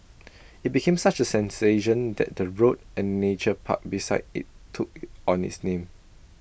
IT became such A sensation that the road and Nature Park beside IT took on its name